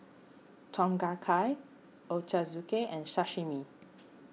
Tom Kha Kai Ochazuke and Sashimi